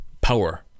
power